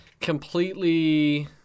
completely